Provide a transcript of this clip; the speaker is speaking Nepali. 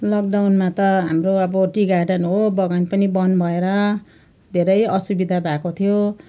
लकडाउनमा त हाम्रो अब टी गार्डन हो बगान पनि बन्द भएर धेरै असुविधा भएको थियो